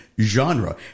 genre